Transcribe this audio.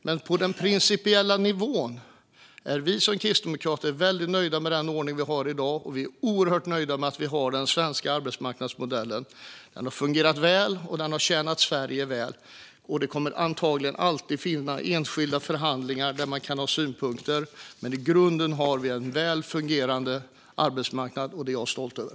Men på den principiella nivån är vi kristdemokrater väldigt nöjda med den ordning vi har i dag och oerhört nöjda med att vi har den svenska arbetsmarknadsmodellen. Den har fungerat väl, och den har tjänat Sverige väl. Det kommer antagligen alltid att finnas enskilda förhandlingar som man kan ha synpunkter på. Men i grunden har vi en väl fungerande arbetsmarknad, och det är jag stolt över.